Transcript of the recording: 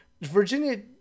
Virginia